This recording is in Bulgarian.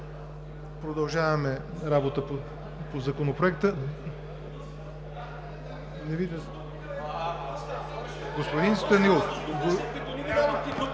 Продължаваме работа по Законопроекта.